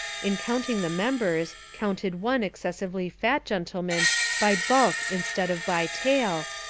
in counting the members, counted one exces sively fat gentleman by bulk instead of by tale,